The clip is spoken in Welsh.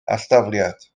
alldafliad